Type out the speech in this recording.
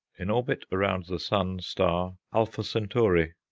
in orbit around the sun star alpha centauri.